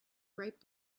bright